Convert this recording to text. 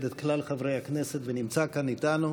את כלל חברי הכנסת ונמצא כאן איתנו.